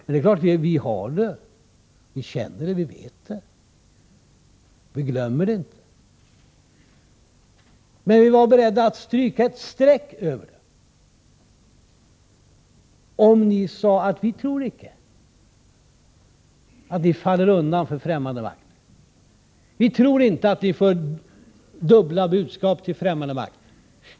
Men det är klart att vi känner till det, vi vet hur det är och vi glömmer det inte. Men vi var beredda att stryka ett streck över allt detta — om ni bara sade: Vi tror icke att ni faller undan för fftämmande makt och vi tror inte att ni för dubbla budskap till främmande makt.